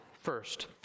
first